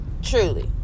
truly